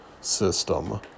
system